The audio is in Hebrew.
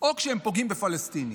או כשהם פוגעים בפלסטיני,